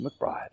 McBride